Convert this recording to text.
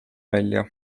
välja